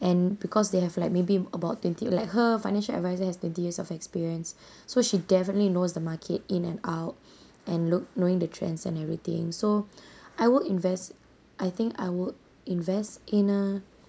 and because they have like maybe about twenty like her financial advisor has twenty years of experience so she definitely knows the market in and out and look knowing the trends and everything so I will invest I think I will invest in a